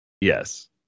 Yes